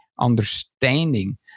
Understanding